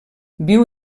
viu